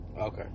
Okay